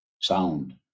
sound